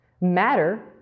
matter